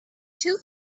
two